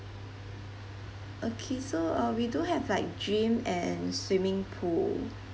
okay so uh we do have like gym and swimming pool